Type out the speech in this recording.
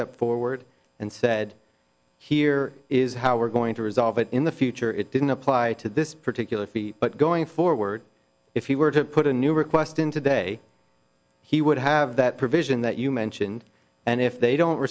stepped forward and said here is how we're going to resolve it in the future it didn't apply to this particular fee but going forward if he were to put a new request in today he would have that provision that you mentioned and if they don't